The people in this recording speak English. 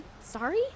sorry